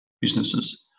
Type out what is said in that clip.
businesses